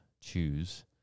choose